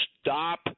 stop